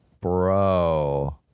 bro